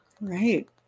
Right